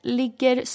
ligger